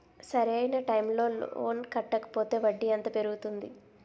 సరి అయినా టైం కి లోన్ కట్టకపోతే వడ్డీ ఎంత పెరుగుతుంది?